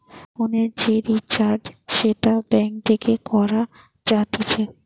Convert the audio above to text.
ফোনের যে রিচার্জ সেটা ব্যাঙ্ক থেকে করা যাতিছে